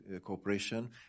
cooperation